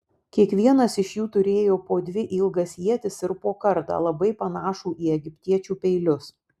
kiekvienas iš jų turėjo po dvi ilgas ietis ir po kardą labai panašų į egiptiečių peilius